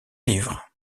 livres